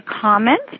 comments